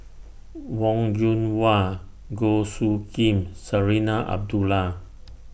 Wong Yoon Wah Goh Soo Khim Zarinah Abdullah